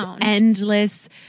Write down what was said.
endless